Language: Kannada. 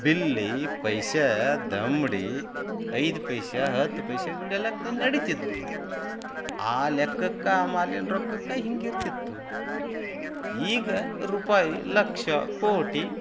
ಬಿಲ್ಲಿ ಪೈಸಾ ದಮಡಿ ಐದು ಪೈಶ ಹತ್ತು ಪೈಶ ಇವ್ಗಳ ಲೆಕ್ಕ ನಡೀತಿದ್ದವು ಆ ಲೆಕ್ಕಕ್ಕೆ ಆ ಮಾಲಿನ ರೊಕ್ಕಕ್ಕೆ ಹೀಗಿರ್ತಿತ್ತು ಈಗ ರೂಪಾಯಿ ಲಕ್ಷ ಕೋಟಿ